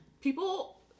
People